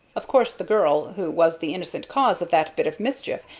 of course the girl, who was the innocent cause of that bit of mischief,